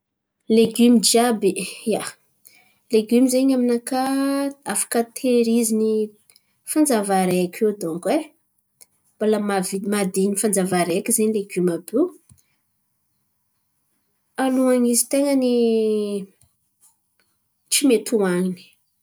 Legioma jiàby, ia, legioma zen̈y aminakà afaka tehirizin̈y fanjava araiky iô donko e. Mbola mahavi- mahadin̈y fanjava araiky zen̈y legioma àby io alohan'izy ten̈a ny tsy mety hoan̈iny.